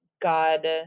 God